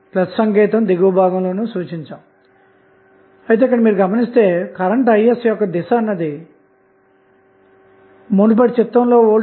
ఇక్కడ మనం విలువను కనుక్కోవడం లేదు గాని R యొక్క విలువ ను కనుగొంటున్నామన్నమాట